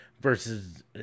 versus